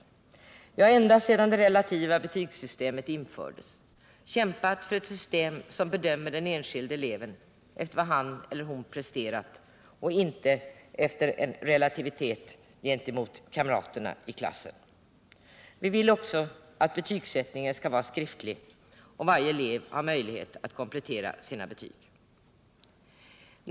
Vi har ända sedan det relativa betygssystemet infördes kämpat för ett system som bedömer den enskilde eleven efter vad han eller hon har presterat och inte efter en relativitet gentemot kamrater i klassen. Vi vill också att betygssättningen skall vara skriftlig och att varje elev skall ha möjlighet att komplettera sina betyg.